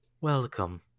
Welcome